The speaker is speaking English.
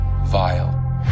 Vile